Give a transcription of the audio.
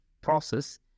process